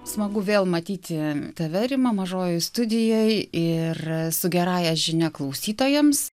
smagu vėl matyti tave rima mažojoje studijoj ir su gerąja žinia klausytojams